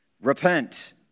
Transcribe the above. Repent